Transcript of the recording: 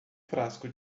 frasco